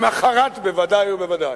למחרת בוודאי ובוודאי.